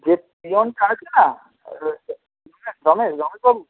যে পিওনটা আছে না ওই হচ্ছে রমেশ রমেশবাবু